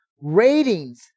Ratings